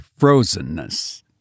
frozenness